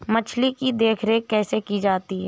मछली की देखरेख कैसे की जाती है?